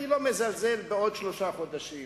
אני לא מזלזל בעוד שלושה חודשים,